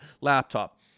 laptop